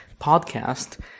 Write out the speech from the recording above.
podcast